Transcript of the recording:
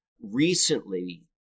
recently